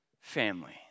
family